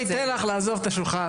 בבקשה.